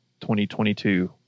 2022